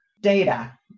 data